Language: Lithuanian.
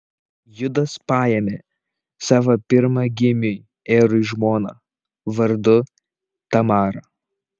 judas paėmė savo pirmagimiui erui žmoną vardu tamara